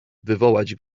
wywołać